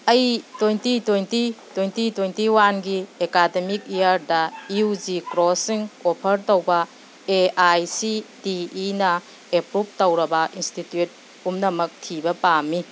ꯑꯩ twenty twenty twenty twenty ꯋꯥꯟꯒꯤ academic ꯏꯌꯥꯔꯗ ꯌꯨ ꯖꯤ ꯀꯣꯔꯁꯁꯤꯡ ꯑꯣꯐꯔ ꯇꯧꯕ ꯑꯦ ꯑꯥꯏ ꯁꯤ ꯇꯤ ꯏꯅ ꯑꯦꯄ꯭ꯔꯨꯕ ꯇꯧꯔꯕ ꯏꯟꯁꯇꯤꯇ꯭ꯌꯨꯠ ꯄꯨꯝꯅꯃꯛ ꯊꯤꯕ ꯄꯥꯝꯃꯤ